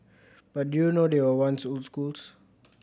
but do you know they were once schools